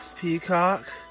Peacock